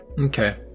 Okay